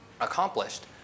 accomplished